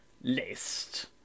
list